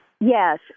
Yes